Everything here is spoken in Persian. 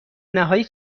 نهایی